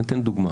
אני אתן דוגמה.